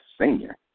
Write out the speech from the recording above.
senior